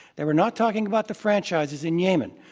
they were not talking about the franchises in yemen,